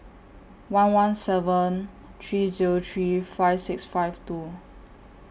one one seven three Zero three five six five two